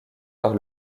par